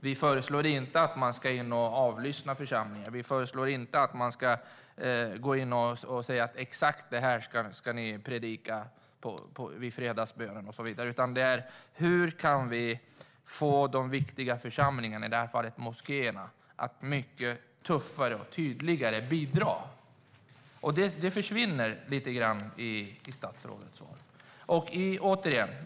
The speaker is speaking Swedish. Vi föreslår inte att man ska gå in och avlyssna församlingar eller tala om exakt vad som ska predikas vid fredagsbönen och så vidare. Men hur kan vi få de viktiga församlingarna, i det här fallet moskéerna, att tuffare och tydligare bidra? Detta försvinner lite grann i statsrådets svar.